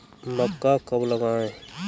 मक्का कब लगाएँ?